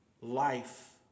life